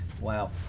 Wow